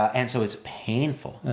and so it's painful.